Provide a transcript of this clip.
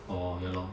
orh ya lor